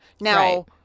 Now